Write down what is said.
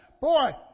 Boy